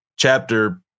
Chapter